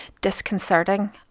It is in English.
disconcerting